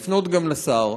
לפנות גם לשר.